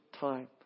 time